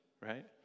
right